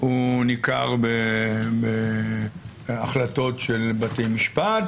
הוא ניכר בהחלטות של בתי משפט